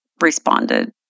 responded